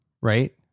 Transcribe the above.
right